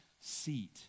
seat